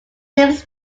names